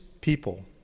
people